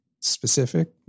specific